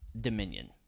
Dominion